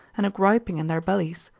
and a griping in their bellies,